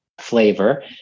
flavor